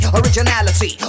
originality